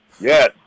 Yes